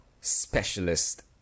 specialist